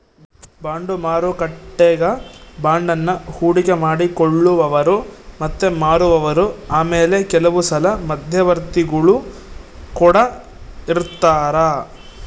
bond ಮಾರುಕಟ್ಟೆಗ ಬಾಂಡನ್ನ ಹೂಡಿಕೆ ಮಾಡಿ ಕೊಳ್ಳುವವರು ಮತ್ತೆ ಮಾರುವವರು ಆಮೇಲೆ ಕೆಲವುಸಲ ಮಧ್ಯವರ್ತಿಗುಳು ಕೊಡ ಇರರ್ತರಾ